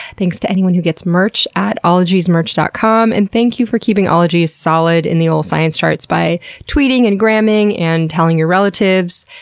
thanks to anyone who gets merch at ologiesmerch dot com. and thank you for keeping ologies solid in the ol' science charts by tweeting, and gramming, and telling your relatives,